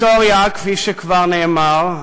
כפי שכבר נאמר,